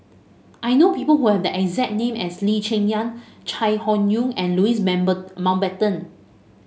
I know people who have the exact name as Lee Cheng Yan Chai Hon Yoong and Louis Member Mountbatten